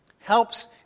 helps